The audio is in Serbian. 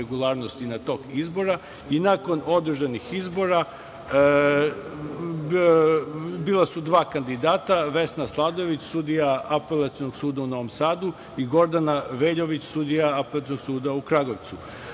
regularnosti i tok izbora, i nakon održanih izbora, bila su dva kandidata, Vesna Sladojević, sudija Apelacionog suda u Novom Sadu i Gordana Veljović, sudija Apelacionog suda u Kragujevcu. Nakon